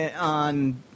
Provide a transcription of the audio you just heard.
on